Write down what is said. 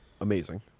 Amazing